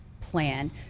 plan